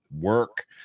work